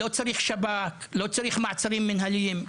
לא צריך שב״כ ולא צריך מעצרים מנהליים,